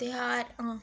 धेयार हां